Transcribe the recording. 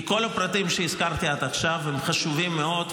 כל הפרטים שהזכרתי עד עכשיו הם חשובים מאוד,